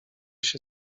się